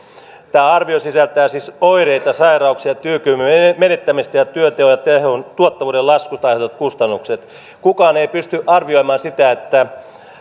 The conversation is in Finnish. tämä arvio sisältää siis oireista sairauksista työkyvyn menettämisestä ja työtehon ja tuottavuuden laskusta aiheutuvat kustannukset kukaan ei pysty arvioimaan sitä